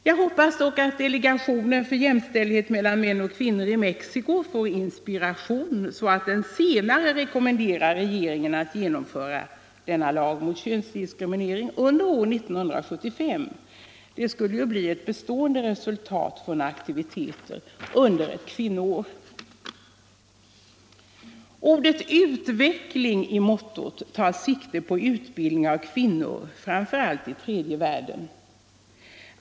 Jag hoppas dock att delegationen för jämställdhet mellan män och kvinnor får inspiration i Mexico så att den senare rekommenderar regeringen att genomföra lagen mot könsdiskriminering under 1975. Det skulle bli ett bestående resultat från aktiviteter under ett kvinnoår. Ordet utveckling i mottot tar sikte på utbildning av kvinnor framför allt i tredje världen.